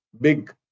big